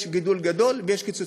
יש גידול גדול ויש קיצוץ.